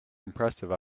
impressive